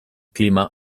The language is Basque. klima